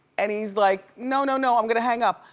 and he's like, no, no, no, i'm gonna hang up.